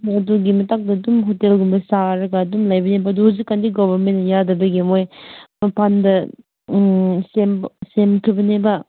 ꯑꯗꯨꯒꯤ ꯃꯊꯛꯇꯨꯗ ꯑꯗꯨꯝ ꯍꯣꯇꯦꯜꯒꯨꯝꯕ ꯁꯥꯔꯒ ꯑꯗꯨꯝ ꯂꯩꯕꯅꯦ ꯑꯗꯣ ꯍꯧꯖꯤꯛꯀꯥꯟꯗꯤ ꯒꯣꯚꯔꯃꯦꯟꯅ ꯌꯥꯗꯕꯒꯤ ꯃꯣꯏ ꯃꯄꯥꯟꯗ ꯁꯦꯝꯈ꯭ꯔꯕꯅꯦꯕ